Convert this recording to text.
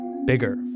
bigger